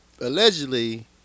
allegedly